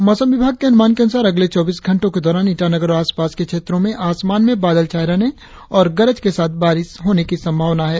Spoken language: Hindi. और अब मौसम मौसम विभाग के अनुमान के अनुसार अगले चौबीस घंटो के दौरान ईटानगर और आसपास के क्षेत्रो में आसमान में बादल छाये रहने और गरज के साथ बारिस होने की संभावना है